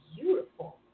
beautiful